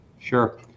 Sure